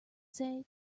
say